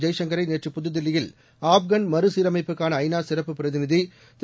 ஜெய்சங்கரை நேற்று புதுதில்லியில் ஆப்கான் மறுசீரமைப்புக்கான ஐநா சிறப்பு பிரதிநிதி திரு